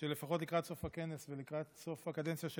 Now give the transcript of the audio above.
שלפחות לקראת סוף הכנס ולקראת סוף הקדנציה של